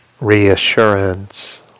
reassurance